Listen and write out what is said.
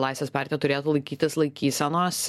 laisvės partija turėtų laikytis laikysenos